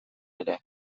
ere